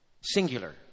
singular